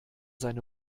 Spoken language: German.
seine